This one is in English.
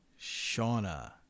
Shauna